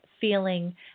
feeling